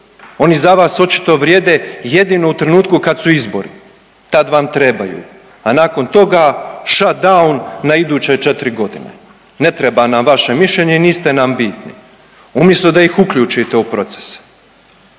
Oni za vas očito vrijede jedino u trenutku kad su izbori tad vam trebaju, a nakon toga shutdown na iduće četri godine, ne treba nam vaše mišljenje niste nam bitni umjesto da ih uključite u procese.